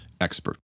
expert